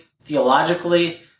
theologically